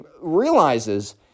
realizes